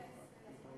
לכן אני חושב,